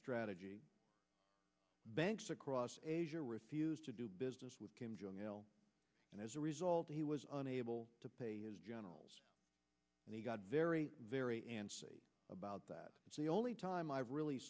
strategy banks across asia refused to do business with kim jong il and as a result he was unable to pay his generals and he got very very antsy about that the only time i've really